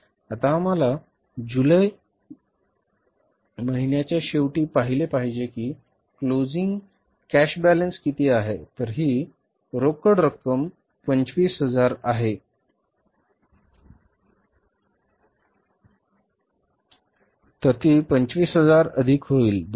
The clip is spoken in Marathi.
आता आम्हाला जुलै महिन्याच्या शेवटी पाहिले पाहिजे की क्लोजिंग कॅश बॅलन्स किती आहे तर ही 25000 रक्कम पुढे नेली जाईल तर ती येथे 25000 अधिक होईल